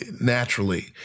naturally